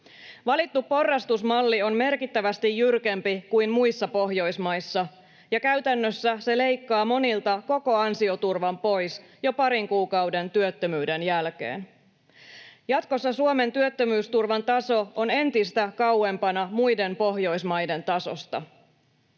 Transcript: Valittu porrastusmalli on merkittävästi jyrkempi kuin muissa Pohjoismaissa, ja käytännössä se leikkaa monilta koko ansioturvan pois jo parin kuukauden työttömyyden jälkeen. Jatkossa Suomen työttömyysturvan taso on entistä kauempana muiden Pohjoismaiden tasosta.